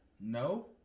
no